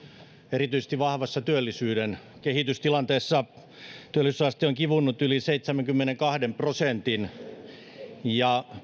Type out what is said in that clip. erityisesti vahvassa työllisyyden kehitystilanteessa työllisyysaste on kivunnut yli seitsemänkymmenenkahden prosentin ja